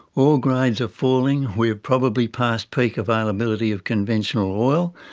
ore grades are falling, we have probably passed peak availability of conventional oil,